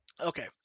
Okay